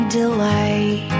delight